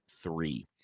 Three